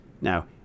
Now